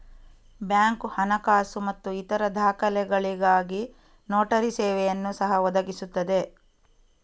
bank ಹಣಕಾಸು ಮತ್ತು ಇತರ ದಾಖಲೆಗಳಿಗಾಗಿ ನೋಟರಿ ಸೇವೆಯನ್ನು ಸಹ ಒದಗಿಸುತ್ತದೆ